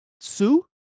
Sue